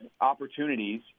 opportunities